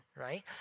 right